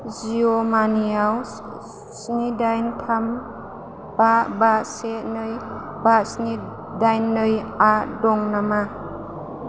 जिअ' मानिआव स्नि दाइन थाम बा बा से नै बा स्नि दाइन नैआ दं नामा